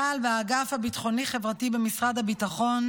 צה"ל והאגף הביטחוני-חברתי במשרד הביטחון